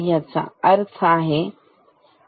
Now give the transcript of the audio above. हा त्याचा अर्थ आहे